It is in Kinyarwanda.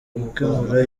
gukemura